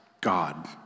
God